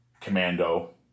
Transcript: Commando